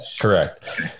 correct